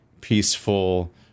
peaceful